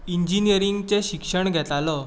इंजिनियरिंगाचें शिक्षण घेतालो